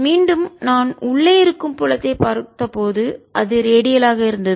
மீண்டும் நான் உள்ளே இருக்கும் புலத்தை பார்த்தபோது அது ரேடியல் ஆக இருந்தது